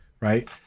right